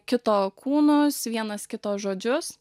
kito kūnus vienas kito žodžius